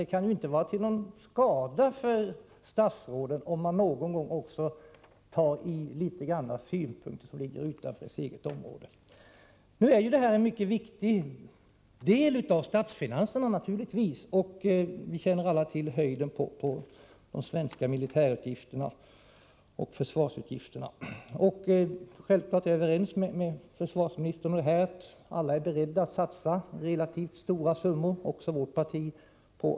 Det kan ju inte vara till någon skada för statsråden om de någon gång beaktar synpunkter som ligger utanför det egna området. Militärutgifterna är naturligtvis en mycket viktig del av statsfinanserna, och vi känner alla till storleken på kostnaderna för det svenska försvaret. Jag är självfallet överens med försvarsministern om att alla är beredda att satsa relativt stora summor på att hålla ett totalförsvar.